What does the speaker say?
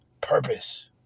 purpose